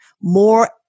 more